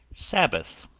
sabbath,